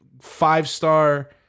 five-star